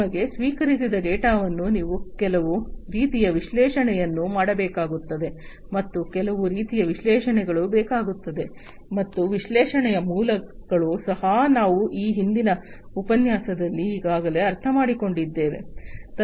ನಿಮಗೆ ಸ್ವೀಕರಿಸಿದ ಡೇಟಾವನ್ನು ನೀವು ಕೆಲವು ರೀತಿಯ ವಿಶ್ಲೇಷಣೆಯನ್ನು ಮಾಡಬೇಕಾಗುತ್ತದೆ ಮತ್ತು ಕೆಲವು ರೀತಿಯ ವಿಶ್ಲೇಷಣೆಗಳು ಬೇಕಾಗುತ್ತವೆ ಮತ್ತು ವಿಶ್ಲೇಷಣೆಯ ಮೂಲಗಳು ಸಹ ನಾವು ಹಿಂದಿನ ಉಪನ್ಯಾಸದಲ್ಲಿ ಈಗಾಗಲೇ ಅರ್ಥಮಾಡಿಕೊಂಡಿದ್ದೀರಿ